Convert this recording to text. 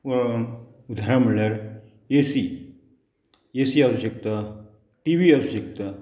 उदारणा म्हणल्यार A C A C आवश्यकता T V आवश्यकता